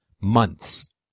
months